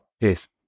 Yes